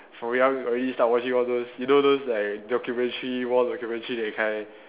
from young already start watching all those you know those like documentary war documentary that kind